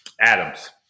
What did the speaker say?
Adams